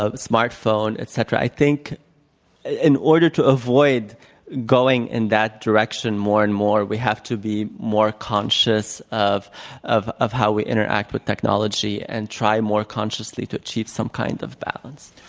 ah smartphone, et cetera. i think in order to avoid going in that direction more and more, we have to be more conscious of of how we interact with technology and try more consciously to achieve some kind of balance.